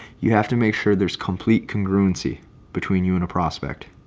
you have to make sure there's complete congruency between you and a prospect.